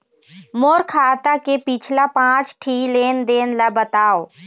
मोर खाता के पिछला पांच ठी लेन देन ला बताव?